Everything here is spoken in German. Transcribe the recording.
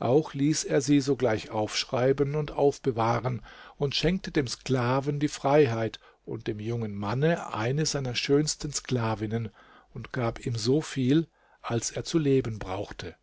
auch ließ er sie sogleich aufschreiben und aufbewahren und schenkte dem sklaven die freiheit und dem jungen manne eine seiner schönsten sklavinnen und gab ihm so viel als er zu leben brauchte